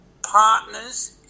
partners